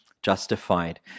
justified